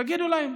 תגידו להם,